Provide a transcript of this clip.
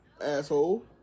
asshole